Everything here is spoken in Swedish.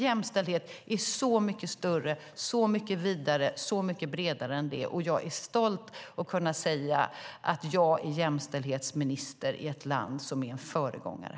Jämställdhet är så mycket större, så mycket vidare och så mycket bredare än det. Jag är stolt att kunna säga att jag är jämställdhetsminister i ett land som är en föregångare.